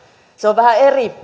se on vähän